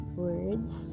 words